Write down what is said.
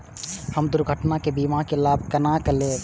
हम दुर्घटना के बीमा के लाभ केना लैब?